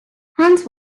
hunt